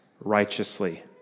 righteously